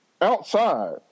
outside